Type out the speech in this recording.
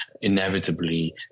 inevitably